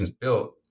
built